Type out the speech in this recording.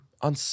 on